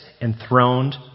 enthroned